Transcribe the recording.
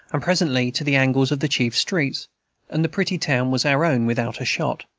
and presently to the angles of the chief streets and the pretty town was our own without a shot.